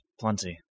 plenty